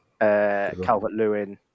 Calvert-Lewin